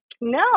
No